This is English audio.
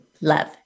love